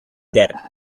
murder